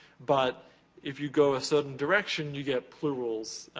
but if you go a certain direction, you get plurals.